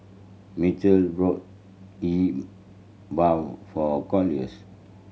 Michal bought Yi Bua for Corliss